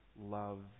love